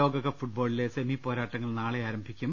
ലോകകപ്പ് ഫുട്ബോളിലെ സെമി പോരാട്ടങ്ങൾ നാളെ ആരംഭിക്കും